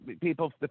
people